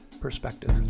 Perspective